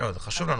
זה חשוב לנו.